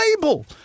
label